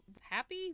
happy